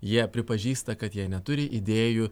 jie pripažįsta kad jie neturi idėjų